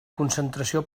concentració